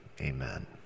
amen